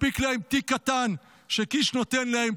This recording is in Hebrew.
מספיק להם תיק קטן שקיש נותן להם,